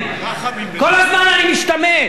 כל הזמן אני משתמט.